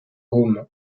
gaume